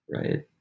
right